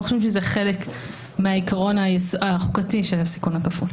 חושבים שזה חלק מהעיקרון החוקתי של הסיכון הכפול.